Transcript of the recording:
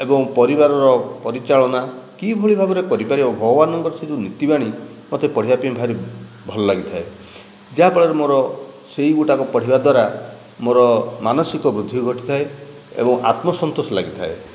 ଏବଂ ପରିବାରର ପରିଚାଳନା କିଭଳି ଭାବରେ କରିପାରିବ ଭଗବାନଙ୍କର ସେହି ନୀତିବାଣୀ ମୋତେ ପଢ଼ିବାପାଇଁ ଭାରି ଭଲ ଲାଗିଥାଏ ଯାହାଫଳରେ ମୋର ସେଗୁଡ଼ାକ ପଢ଼ିବା ଦ୍ଵାରା ମୋର ମାନସିକ ବୃଦ୍ଧି ଘଟିଥାଏ ଏବଂ ଆତ୍ମସନ୍ତୋଷ ଲାଗିଥାଏ